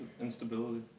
Instability